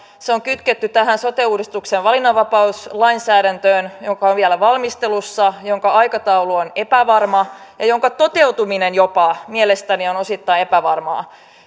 se on kytketty tähän sote uudistuksen valinnanvapauslainsäädäntöön joka on vielä valmistelussa ja jonka aikataulu on epävarma ja jonka toteutuminen jopa mielestäni on osittain epävarmaa